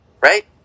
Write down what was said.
Right